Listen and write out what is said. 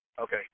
Okay